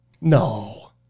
No